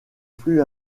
flux